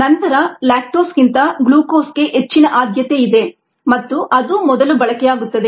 ನಂತರ ಲ್ಯಾಕ್ಟೋಸ್ ಗಿಂತ ಗ್ಲೂಕೋಸ್ ಗೆ ಹೆಚ್ಚಿನ ಆದ್ಯತೆ ಇದೆ ಮತ್ತು ಅದು ಮೊದಲು ಬಳಕೆಯಾಗುತ್ತದೆ